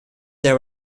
there